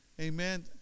Amen